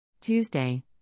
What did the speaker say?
Tuesday